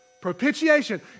Propitiation